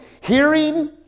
Hearing